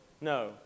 No